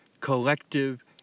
collective